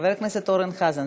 חבר הכנסת אורן חזן,